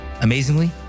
Amazingly